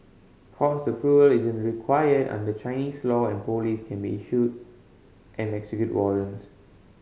court approval isn't required under Chinese law and police can issue and execute warrants